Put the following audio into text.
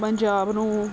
ਪੰਜਾਬ ਨੂੰ